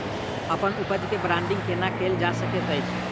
अप्पन उपज केँ ब्रांडिंग केना कैल जा सकैत अछि?